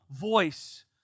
voice